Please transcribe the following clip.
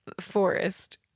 forest